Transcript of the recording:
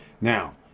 Now